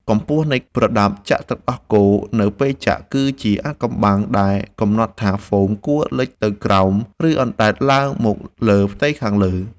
កម្ពស់នៃប្រដាប់ចាក់ទឹកដោះគោនៅពេលចាក់ គឺជាអាថ៌កំបាំងដែលកំណត់ថាហ្វូមគួរលិចទៅក្រោម ឬអណ្តែតឡើងមកលើផ្ទៃខាងលើ។